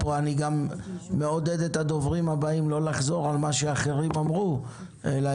אני גם מעודד את הדוברים הבאים לא לחזור על מה שהקודמים אמרו אלא